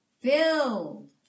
filled